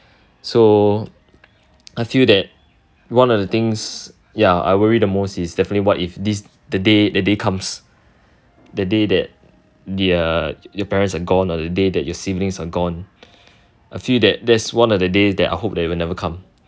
so I feel that one of the things ya I worry the most is definitely what if this the day the day comes the day that err your parents are gone the day that your siblings are gone I feel that that is one of the day that I hope that will never come